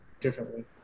differently